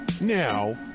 Now